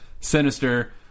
Sinister